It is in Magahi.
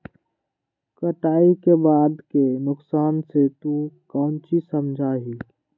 कटाई के बाद के नुकसान से तू काउची समझा ही?